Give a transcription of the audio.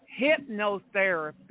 hypnotherapy